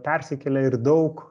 persikėlė ir daug